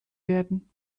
werden